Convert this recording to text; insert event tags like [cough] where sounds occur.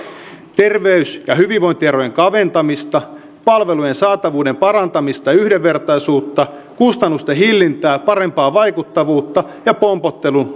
terveys ja hyvinvointierojen kaventamista palvelujen saatavuuden parantamista ja yhdenvertaisuutta kustannusten hillintää parempaa vaikuttavuutta ja pompottelun [unintelligible]